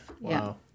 Wow